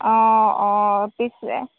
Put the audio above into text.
অঁ অঁ পিছে